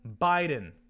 Biden